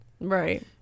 Right